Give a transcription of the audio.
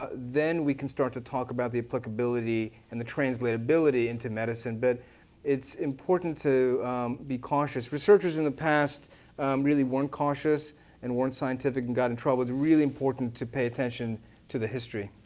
ah then we can start to talk about the applicability and the translatability into medicine. but it's important to be cautious. researchers in the past really weren't cautious and weren't scientific and got in trouble. it's really important to pay attention to the history.